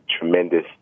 tremendous